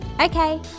Okay